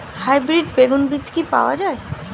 Hybrid বেগুন বীজ কি পাওয়া য়ায়?